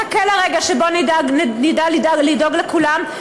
מחכה לרגע שבו נדע לדאוג לכולם.